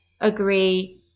agree